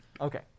Okay